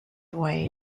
way